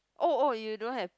oh oh you don't have